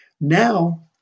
Now